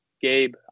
Gabe